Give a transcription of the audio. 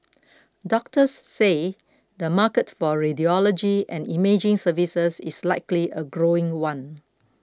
doctors say the market for radiology and imaging services is likely a growing one